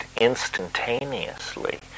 instantaneously